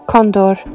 Condor